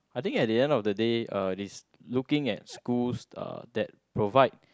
I think at the end of the day uh it's looking at schools that provide